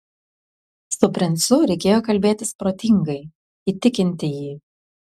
su princu reikėjo kalbėtis protingai įtikinti jį